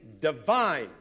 divine